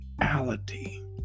reality